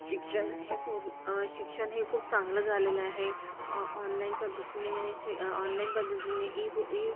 शिक्षण हे पूर शिक्षण हे खूप चांगलं झालेलं आहे ऑनलाईन पद्धतीने असे ऑनलाईन पद्धतीने ई पं ई